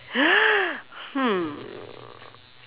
hmm